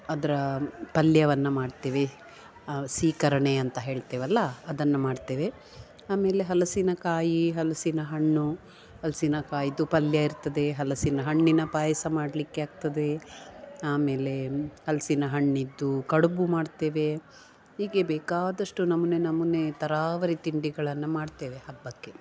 ಅದ್ರ ಪಲ್ಯವನ್ನ ಮಾಡ್ತೇವೆ ಸೀಕರಣೆ ಅಂತ ಹೇಳ್ತೇವಲ್ಲ ಅದನ್ನ ಮಾಡ್ತೇವೆ ಆಮೇಲೆ ಹಲಸಿನ ಕಾಯಿ ಹಲ್ಸಿನ ಹಣ್ಣು ಹಲ್ಸಿನ ಕಾಯಿದು ಪಲ್ಯ ಇರ್ತದೆ ಹಲಸಿನ ಹಣ್ಣಿನ ಪಾಯಸ ಮಾಡಲಿಕ್ಕೆ ಆಗ್ತದೆ ಆಮೇಲೆ ಹಲ್ಸಿನ ಹಣ್ಣಿದ್ದು ಕಡ್ಬು ಮಾಡ್ತೇವೆ ಹೀಗೆ ಬೇಕಾದಷ್ಟು ನಮುನೆ ನಮುನೆ ಥರಾವರಿ ತಿಂಡಿಗಳನ್ನ ಮಾಡ್ತೇವೆ ಹಬ್ಬಕ್ಕೆ